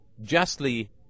justly